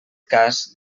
cas